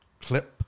clip